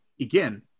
Again